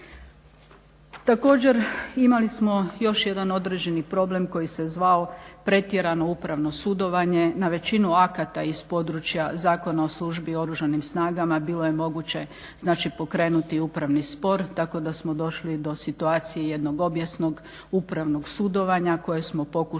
Također imali smo još jedan određeni problem koji se zvao pretjerano upravno sudovanje na većinu akata iz područja Zakona o službi i oružanim snagama bilo je moguće pokrenuti upravni spor tako da smo došli do situacije jednog obijesnog upravnog sudovanja koje smo pokušali